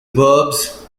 verbs